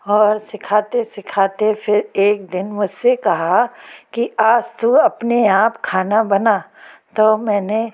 और सिखाते सिखाते फ़िर एक दिन मुझसे कहा की आज तू अपने आप खाना बना तो मैंने